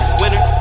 winner